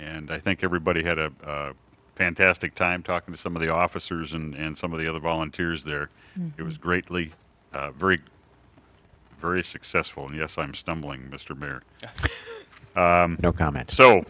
and i think everybody had a fantastic time talking to some of the officers and some of the other volunteers there it was greatly very very successful and yes i'm stumbling mr mayor no comment so